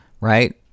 right